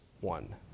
one